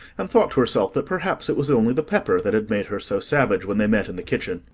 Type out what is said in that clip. and thought to herself that perhaps it was only the pepper that had made her so savage when they met in the kitchen.